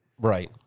Right